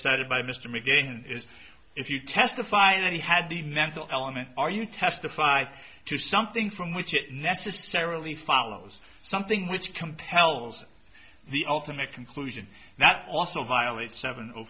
started by mr mccain is if you testify and he had the mental element are you testify to something from which it necessarily follows something which compels the ultimate conclusion that also violates seven o